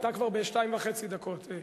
אתה כבר בשתיים וחצי דקות.